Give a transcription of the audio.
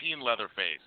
Leatherface